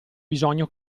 bisogno